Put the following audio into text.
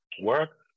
work